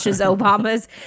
Obama's